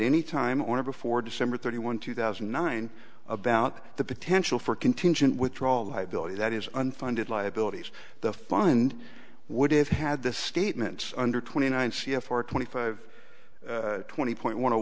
any time or before december thirty one two thousand and nine about the potential for contingent withdrawal liability that is unfunded liabilities the fund would have had the statements under twenty nine c f r twenty five twenty point one